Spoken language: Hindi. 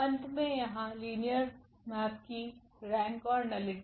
अंत में यहा लिनियर मैप की रैंक और नलिटी